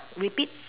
repeat